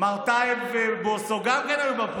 מי שואל אותו?